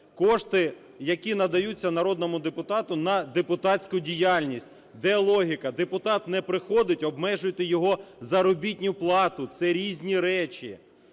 кошти, які надаються народному депутату на депутатську діяльність. Де логіка? Депутат не приходить, обмежуйте його заробітну плату. Це різні речі.